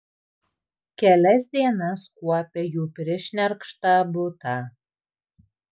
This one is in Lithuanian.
kelias dienas kuopė jų prišnerkštą butą